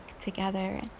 together